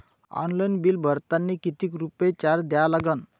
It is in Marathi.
ऑनलाईन बिल भरतानी कितीक रुपये चार्ज द्या लागन?